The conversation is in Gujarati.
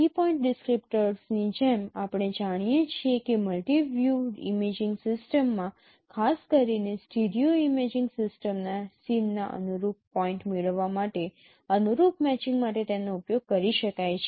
કી પોઇન્ટ ડિસ્ક્રિપ્ટર્સની જેમ આપણે જાણીએ છીએ કે મલ્ટિ વ્યૂ ઇમેજિંગ સિસ્ટમમાં ખાસ કરીને સ્ટીરિયો ઇમેજિંગ સિસ્ટમ્સના સીનનાં અનુરૂપ પોઇન્ટ મેળવવા માટે અનુરૂપ મેચિંગ માટે તેનો ઉપયોગ કરી શકાય છે